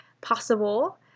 possible